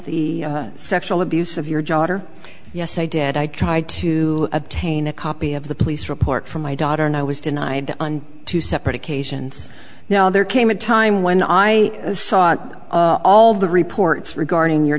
the sexual abuse of your daughter yes i did i tried to obtain a copy of the police report for my daughter and i was denied on two separate occasions now there came a time when i saw all the reports regarding your